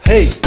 Hey